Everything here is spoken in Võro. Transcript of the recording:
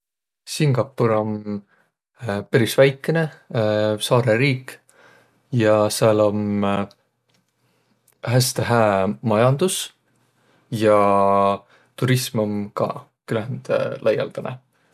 Singapur om peris väikene saarõriik ja sääl om häste hää majandus, ja turism om ka küländ laialdanõ.